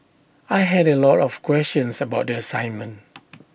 I had A lot of questions about the assignment